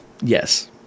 Yes